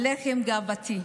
עליכם גאוותי.